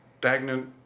Stagnant